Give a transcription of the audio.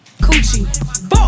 Coochie